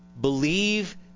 Believe